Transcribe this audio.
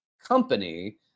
company